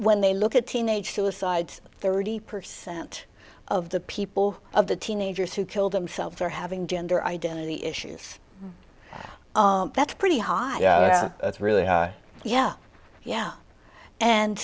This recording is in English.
when they look at teenage suicides thirty percent of the people of the teenagers who kill themselves are having gender identity issues that's pretty high really yeah yeah and